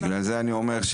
לכן אני אומר,